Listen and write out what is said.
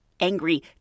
angry